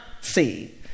see